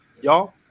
y'all